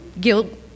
guilt